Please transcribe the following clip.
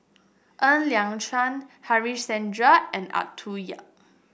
Ng Liang Chiang Harichandra and Arthur Yap